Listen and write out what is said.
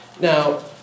Now